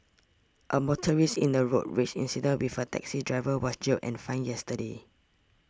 a motorist in a road rage incident with a taxi driver was jailed and fined yesterday